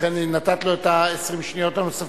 לכן נתתי לו את 20 השניות הנוספות.